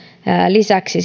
lisäksi